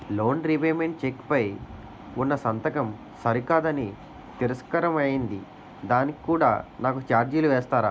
Loan repayment cheque పై ఉన్నా సంతకం సరికాదు అని తిరస్కారం అయ్యింది దానికి కూడా నాకు ఛార్జీలు వేస్తారా?